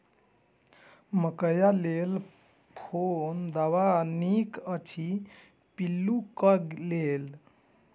मकैय लेल कोन दवा निक अछि पिल्लू क लेल?